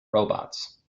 robots